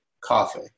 Coffee